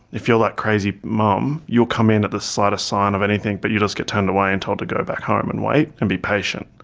if you're that crazy mum, you'll come in at the slightest sign of anything but you just get turned away and told to go back home and wait and be patient.